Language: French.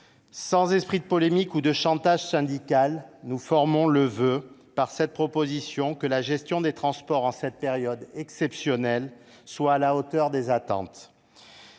Sans esprit de polémique ou de chantage syndical, nous formons le vœu, au travers de cette proposition de loi, que la gestion des transports, en cette période exceptionnelle, soit à la hauteur des attentes,